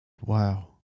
Wow